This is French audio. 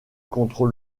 contre